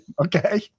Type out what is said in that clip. Okay